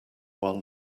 while